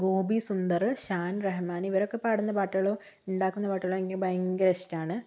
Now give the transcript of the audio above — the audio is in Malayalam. ഗോപി സുന്ദർ ഷാൻ റഹ്മാൻ ഇവരൊക്കെ പാടുന്ന പാട്ടുകളും ഉണ്ടാക്കുന്ന പാട്ടുകളും എനിക്ക് ഭയങ്കര ഇഷ്ടമാണ്